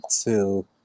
two